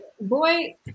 Boy